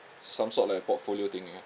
some sort like portfolio thing yea